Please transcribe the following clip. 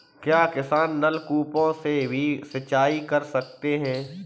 क्या किसान नल कूपों से भी सिंचाई कर सकते हैं?